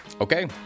Okay